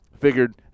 Figured